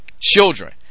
children